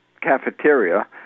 Cafeteria